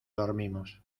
dormimos